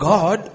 God